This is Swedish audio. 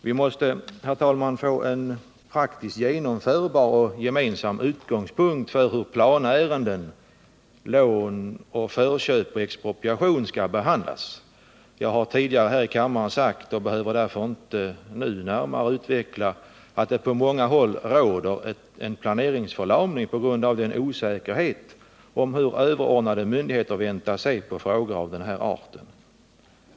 Vi måste, herr talman, få en praktiskt genomförbar och gemensam utgångspunkt för hur planärenden, lån, förköp och expropriation skall behandlas. På många håll råder en planeringsförlamning på grund av osäkerhet om hur överordnade myndigheter väntas se på frågor av detta slag. Jag har tidigare här i kammaren berört saken och behöver därför inte närmare utveckla den.